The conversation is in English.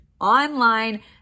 online